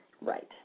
Right